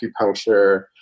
acupuncture